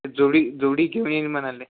जोडी जोडी घेऊन येईन म्हणाले